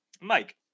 Mike